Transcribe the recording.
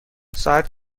ساعت